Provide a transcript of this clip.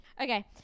Okay